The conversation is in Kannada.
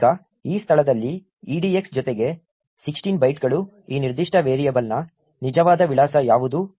ಈಗ ಈ ಸ್ಥಳದಲ್ಲಿ EDX ಜೊತೆಗೆ 16 ಬೈಟ್ಗಳು ಈ ನಿರ್ದಿಷ್ಟ ವೇರಿಯೇಬಲ್ನ ನಿಜವಾದ ವಿಳಾಸ ಯಾವುದು